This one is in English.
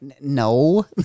no